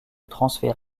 transferts